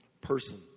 person